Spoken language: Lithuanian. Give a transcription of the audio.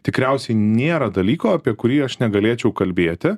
tikriausiai nėra dalyko apie kurį aš negalėčiau kalbėti